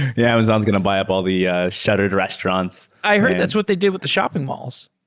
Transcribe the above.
yeah amazon is going to buy up all the ah shattered restaurants i heard that's what they did with the shopping malls.